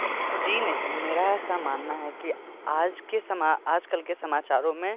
जी नहीं मेरा ऐसा मानना है की आज के समा आजकल के समाचारों में